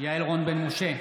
יעל רון בן משה,